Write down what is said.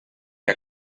que